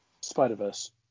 Spider-Verse